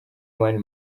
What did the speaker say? mani